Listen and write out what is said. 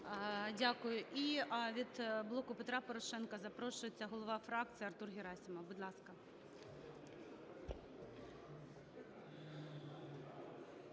Дякую. І від "Блоку Петра Порошенка" запрошується голова фракції Артур Герасимов. Будь ласка.